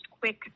quick